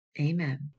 Amen